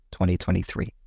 2023